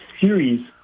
series